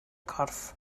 corff